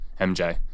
MJ